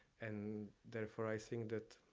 and therefore i think that